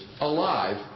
alive